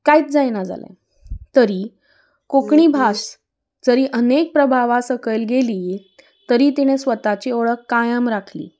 कांयच जायना जालें तरी कोंकणी भास जरी अनेक प्रभावा सकयल गेली तरी तिणें स्वताची ओळख कायम राखली